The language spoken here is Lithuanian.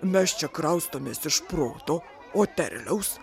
mes čia kraustomės iš proto o terliaus